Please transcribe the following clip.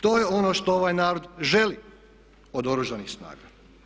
To je ono što ovaj narod želi od Oružanih snaga.